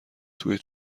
توی